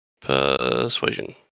Persuasion